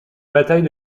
bataille